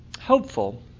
hopeful